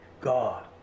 God